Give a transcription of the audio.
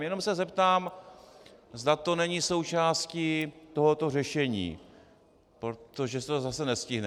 Jenom se zeptám, zda to není součástí tohoto řešení, protože se to zase nestihne.